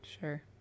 sure